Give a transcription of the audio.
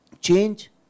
change